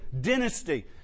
dynasty